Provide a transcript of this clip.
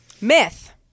Myth